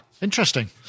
Interesting